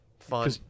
fun